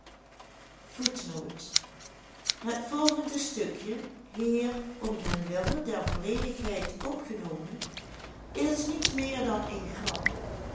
het volgende stukje hier om den wille der volledigheid opgenomen is niet meer dan een grap